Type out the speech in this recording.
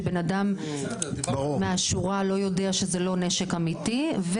שבן אדם מהשורה לא יודע שזה לא נשק אמיתי --- בסדר,